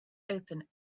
open